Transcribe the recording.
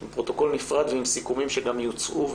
עם פרוטוקול נפרד ועם סיכומים שגם שיוצאו,